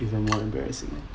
even more embarrassing